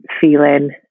feeling